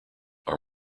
are